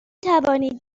توانید